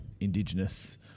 Indigenous